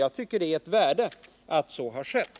Jag tycker det är av värde att så har skett.